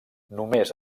només